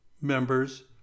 members